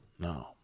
no